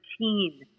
routine